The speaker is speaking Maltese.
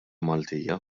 maltija